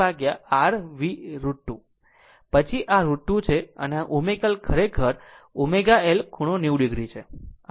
પછી આ √ 2 છે પછી ω L આ ખરેખર ω L ખૂણો 90 o છે